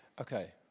Okay